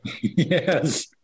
Yes